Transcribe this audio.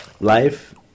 life